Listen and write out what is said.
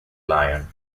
lion